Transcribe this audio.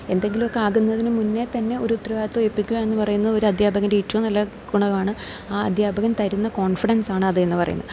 എന്തെങ്കിലും ഒക്കെ ആകുന്നതിന് മുന്നെ തന്നെ ഒരു ഉത്തരവാദത്വം ഏൽപ്പിക്കുക എന്ന് പറയുന്ന ഒരു അദ്ധ്യാപകൻ്റെ ഏറ്റവും നല്ല ഗുണമാണ് ആ അദ്ധ്യാപകന് തരുന്ന കോൺഫിഡൻസാണ് അത് എന്ന് പറയുന്നത്